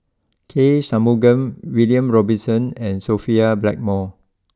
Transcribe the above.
K Shanmugam William Robinson and Sophia Blackmore